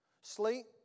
Sleep